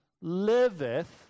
liveth